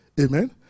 Amen